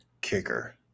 kicker